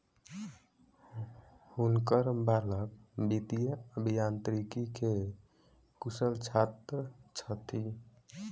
हुनकर बालक वित्तीय अभियांत्रिकी के कुशल छात्र छथि